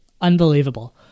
unbelievable